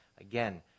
Again